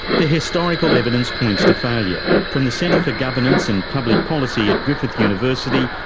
the historical evidence points to failure. from the centre for governance and public policy at griffith university,